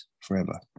forever